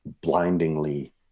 blindingly